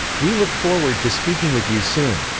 we look forward to speaking with you soon!